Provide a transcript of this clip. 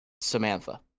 samantha